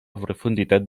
profunditat